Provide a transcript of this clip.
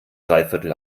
dreiviertel